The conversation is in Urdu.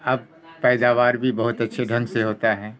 اب پیداوار بھی بہت اچھے ڈھنگ سے ہوتا ہے